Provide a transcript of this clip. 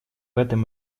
этом